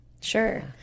Sure